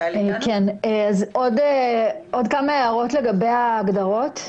עוד כמה הערות לגבי ההגדרות.